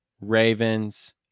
ravens